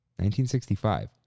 1965